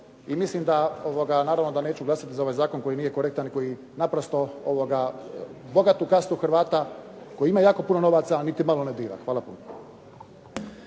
tome. I naravno da neću glasati za ovaj zakon koji nije korektan i koji naprosto bogatu kastu Hrvata koji ima jako puno novaca, a niti malo ne dira. Hvala puno.